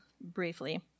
briefly